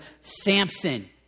Samson